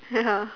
ya